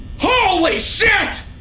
holy shit.